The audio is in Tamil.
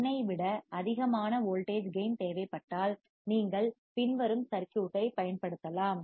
1 ஐ விட அதிகமான வோல்டேஜ் கேயின் தேவைப்பட்டால் நீங்கள் பின்வரும் சர்க்யூட் ஐ பயன்படுத்தலாம்